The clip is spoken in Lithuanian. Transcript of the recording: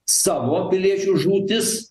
savo piliečių žūtis